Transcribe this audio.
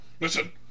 Listen